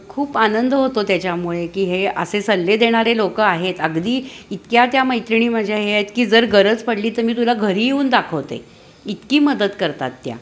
खूप आनंद होतो त्याच्यामुळे की हे असे सल्ले देणारे लोकं आहेत अगदी इतक्या त्या मैत्रिणी माझ्या हे आहेत की जर गरज पडली तर मी तुला घरी येऊन दाखवते इतकी मदत करतात त्या